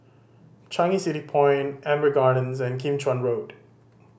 Changi City Point Amber Gardens and Kim Chuan Road